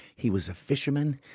he was a fisherman.